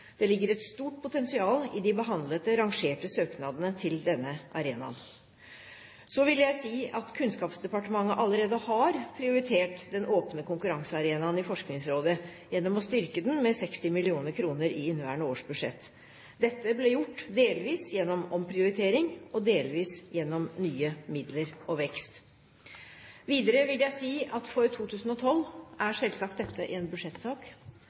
Det ligger et stort potensial i de behandlede, rangerte søknadene til denne arenaen. Så vil jeg si at Kunnskapsdepartementet allerede har prioritert den åpne konkurransearenaen i Forskningsrådet, gjennom å styrke den med 60 mill. kr i inneværende års budsjett. Dette ble gjort delvis gjennom omprioritering og delvis gjennom nye midler og vekst. Videre vil jeg si at for 2012 er selvsagt dette en budsjettsak,